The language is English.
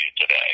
today